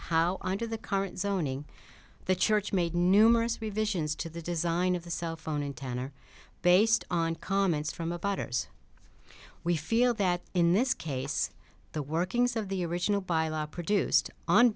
under the current zoning the church made numerous revisions to the design of the cellphone in town are based on comments from a potter's we feel that in this case the workings of the original by law produced on